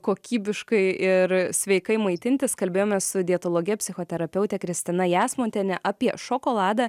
kokybiškai ir sveikai maitintis kalbėjomės su dietologe psichoterapeute kristina jasmontiene apie šokoladą